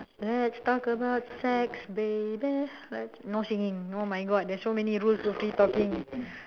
let's talk about sex baby let's no singing oh my god there's so many rules to free talking